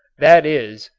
that is,